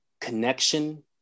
connection